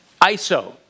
iso